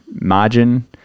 margin